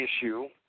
issue